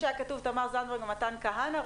לשמוע אתכם.